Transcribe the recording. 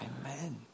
Amen